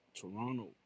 Toronto